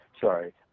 Sorry